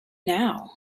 now